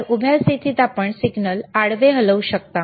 तर अनुलंब स्थिती आपण सिग्नल आडवे हलवू शकता